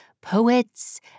poets